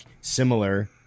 similar